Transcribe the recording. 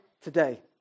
today